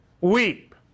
weep